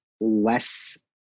less